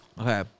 Okay